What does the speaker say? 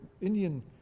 Indian